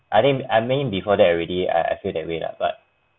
I think I mean before that already I I feel that way lah but